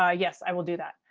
ah yes i will do that.